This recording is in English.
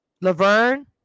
Laverne